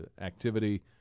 activity